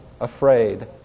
afraid